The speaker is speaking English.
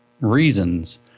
reasons